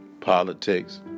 politics